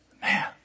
Man